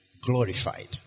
glorified